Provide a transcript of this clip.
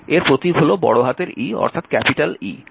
এর প্রতীক হল বড় হাতের E অর্থাৎ ক্যাপিটাল E